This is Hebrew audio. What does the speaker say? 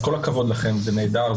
כל הכבוד לכם, זה נהדר.